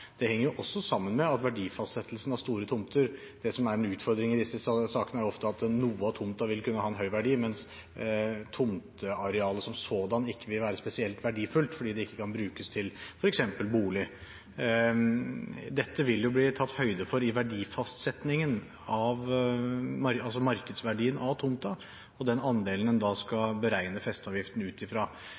Det henger også sammen med verdifastsettelsen av store tomter. Det som er en utfordring i disse sakene, er ofte at noe av tomten vil kunne ha en høy verdi mens tomtearealet som sådan ikke vil være spesielt verdifullt, fordi det ikke kan brukes til f.eks. bolig. Dette vil det bli tatt høyde for i fastsettingen av markedsverdien av tomten og den andelen en da skal beregne festeavgiften ut